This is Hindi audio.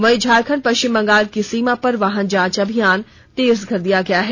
वहीं झारखंड पश्चिम बंगाल की सीमा पर वाहन जांच अभियान तेज कर दिया गया है